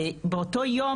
באותו היום,